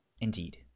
Indeed